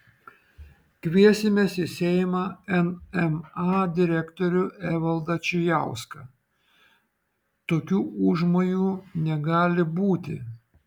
kviesimės į seimą nma direktorių evaldą čijauską tokių užmojų negali būti